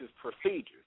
procedures